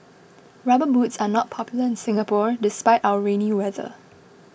rubber boots are not popular in Singapore despite our rainy weather